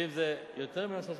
ואם זה יותר ממיליון ו-350,000,